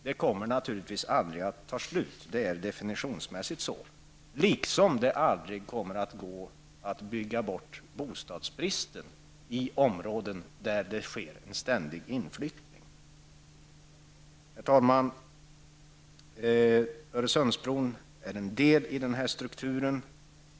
Det hela kommer naturligtvis aldrig att ta slut. Det är definitionsmässigt så, liksom det aldrig kommer att gå att bygga bort bostadsbristen i områden där det sker en ständig inflyttning. Herr talman! Öresundsbron är en del av denna nya struktur.